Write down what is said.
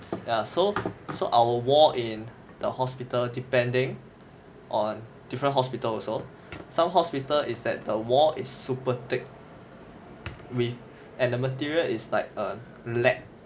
so so our wall in the hospital depending on different hospital also some hospital is that the wall is super thick width and the material is like a lab